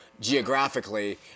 geographically